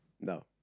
No